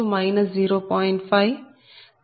0G23G32 0